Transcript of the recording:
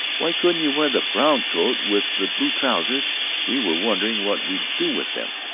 why couldn't you wear the brown coat with the blue trousers we were wondering what we'd do with them?